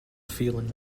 feeling